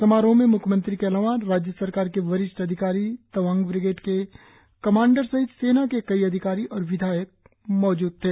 समारोह में मुख्यमंत्री के अलावा राज्य सरकार के वरिष्ठ अधिकारी तवांग बिग्रेड के कमांडर सहित सेना के कई अधिकारी और विधायक उपस्थित थे